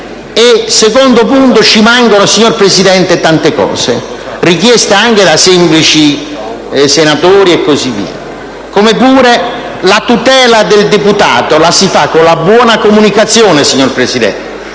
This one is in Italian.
Secondo punto: ci mancano, signor Presidente, tante cose richieste anche da semplici senatori. La tutela del senatore la si fa con la buona comunicazione, signor Presidente.